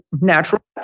natural